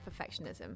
perfectionism